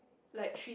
like three